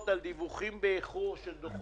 טוב יותר, עם שיתוף ציבור, וגם עובדת יותר מהר.